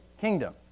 kingdom